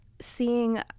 seeing